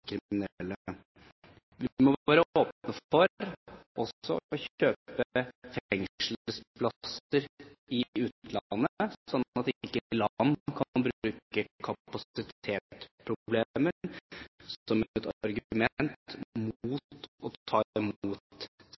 Vi må også være åpne for å kjøpe fengselsplasser i utlandet, sånn at ikke land kan bruke kapasitetsproblemer som et argument – eller et indirekte moment – mot å ta